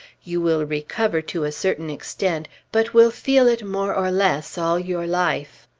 you will recover, to a certain extent but will feel it more or less all your life.